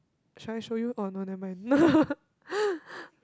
should I show you oh no nevermind